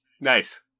Nice